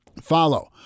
Follow